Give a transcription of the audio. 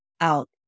out